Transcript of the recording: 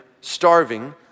starving